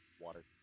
Water